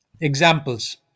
examples